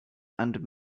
and